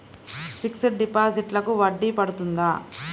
Fixed డిపాజిట్లకు వడ్డీ పడుతుందా?